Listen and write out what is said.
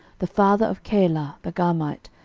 the father of keilah the garmite,